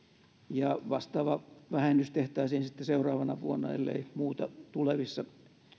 ja vastaava vähennys tehtäisiin sitten seuraavana vuonna ellei muuta tulevissa